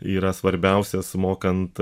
yra svarbiausias mokant